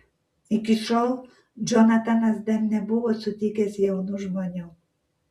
iki šiol džonatanas dar nebuvo sutikęs jaunų žmonių